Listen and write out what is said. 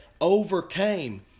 overcame